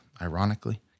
ironically